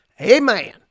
Amen